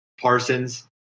Parsons